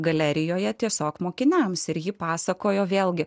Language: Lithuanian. galerijoje tiesiog mokiniams ir ji pasakojo vėlgi